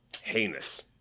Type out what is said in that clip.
heinous